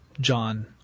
John